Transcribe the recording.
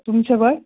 तुमचं वय